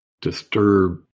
disturb